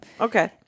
Okay